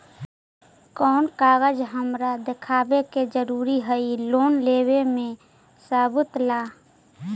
कौन कागज हमरा दिखावे के जरूरी हई लोन लेवे में सबूत ला?